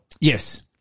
Yes